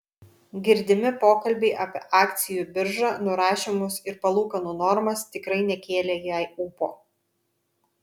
girdimi pokalbiai apie akcijų biržą nurašymus ir palūkanų normas tikrai nekėlė jai ūpo